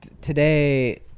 today